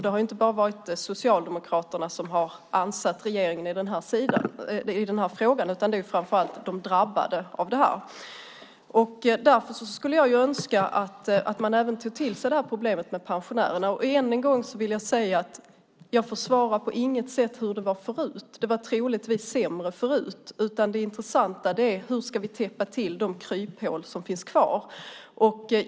Det har inte bara varit Socialdemokraterna som har ansatt regeringen i den här frågan utan framför allt de som drabbats. Jag skulle önska att man även tog till sig problemet med pensionärerna. Jag vill än en gång säga att jag på inget sätt försvarar hur det var förut. Det var troligtvis sämre förut. Det intressanta är hur vi ska täppa till de kryphål som finns kvar.